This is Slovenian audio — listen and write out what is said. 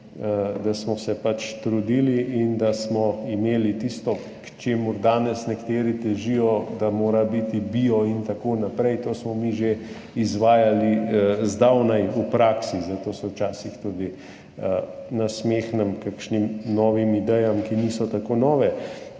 da smo se trudili in da smo imeli tisto, k čemur danes nekateri težijo, da mora biti bio in tako naprej, to smo mi že zdavnaj izvajali v praksi. Zato se včasih tudi nasmehnem kakšnim novim idejam, ki niso tako nove.